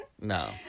No